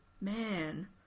Man